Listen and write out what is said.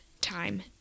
time